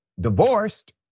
divorced